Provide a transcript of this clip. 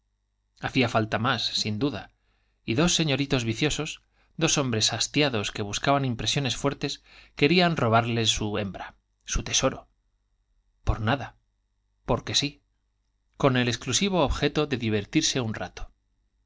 hacía falta más sin duda y dos señoritos viciosos dos hombres hastiados que buscaban impresiones fuertes querían robarle su hembra su tesoro por nada porque sí con el exclu sivo objeto de divertirse un rato